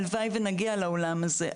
הלוואי ונגיע לעולם הזה,